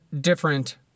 different